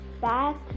back